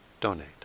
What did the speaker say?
donate